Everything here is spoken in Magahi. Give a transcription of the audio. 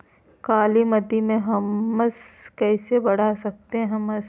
कालीमती में हमस कैसे बढ़ा सकते हैं हमस?